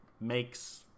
makes